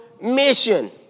mission